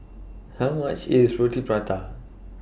How much IS Roti Prata